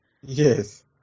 Yes